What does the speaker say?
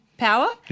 power